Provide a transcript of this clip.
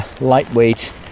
lightweight